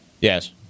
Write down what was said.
yes